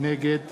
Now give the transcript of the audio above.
נגד